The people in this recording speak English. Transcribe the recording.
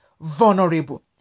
vulnerable